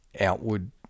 outward